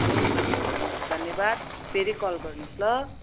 हुन्छ हुन्छ हुन्छ धन्यवाद फेरि कल गर्नु होस् ल